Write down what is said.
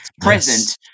present